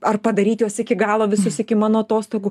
ar padaryt juos iki galo visus iki mano atostogų